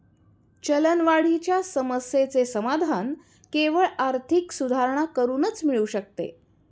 चलनवाढीच्या समस्येचे समाधान केवळ आर्थिक सुधारणा करूनच मिळू शकते